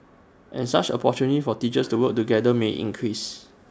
and such opportunities for teachers to work together may increase